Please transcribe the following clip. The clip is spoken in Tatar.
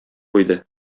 куйды